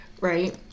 Right